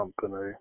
company